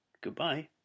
Goodbye